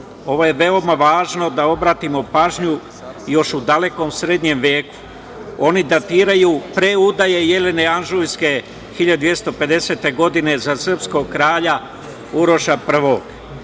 ovo je veoma važno da obratimo pažnju, još u dalekom srednjem veku. Oni datiraju pre udaje Jelene Anžujske 1250. godine za srpskog kralja Uroša